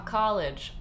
college